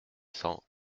cent